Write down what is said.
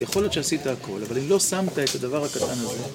יכול להיות שעשית הכל, אבל אם לא שמת את הדבר הקטן הזה...